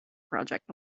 project